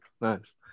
Nice